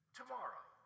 tomorrow